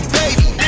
baby